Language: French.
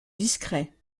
discret